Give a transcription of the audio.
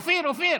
דקה, דקה, אופיר.